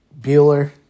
Bueller